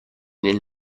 nel